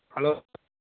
hello